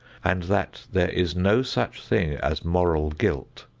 and that there is no such thing as moral guilt,